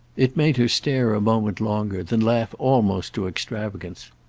it made her stare a moment longer, then laugh almost to extravagance.